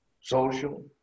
social